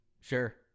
Sure